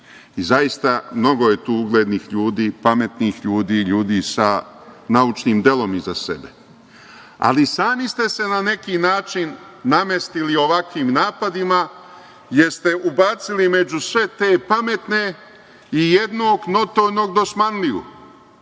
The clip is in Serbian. Zaista mnogo je tu uglednih ljudi, pametnih ljudi i ljudi sa naučnim delom iza sebe, ali sami ste se na neki način namestili ovakvim napadima, jer ste ubacili među sve te pametne i jednog notornog dosmanliju,